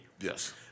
Yes